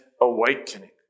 awakening